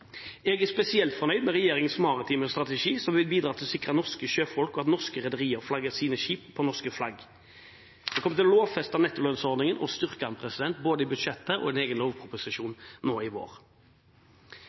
Jeg er spesielt fornøyd med regjeringens maritime strategi, som vil bidra til å sikre norske sjøfolk og at norske rederier flagger sine skip til norsk flagg. Vi kommer til å lovfeste nettolønnsordningen og styrke den, både i budsjettet og i en egen lovproposisjon nå i vår.